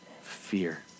fear